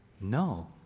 no